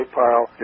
pile